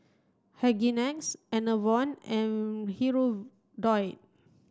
Hygin X Enervon and Hirudoid